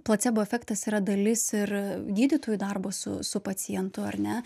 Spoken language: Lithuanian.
placebo efektas yra dalis ir gydytojų darbo su su pacientu ar ne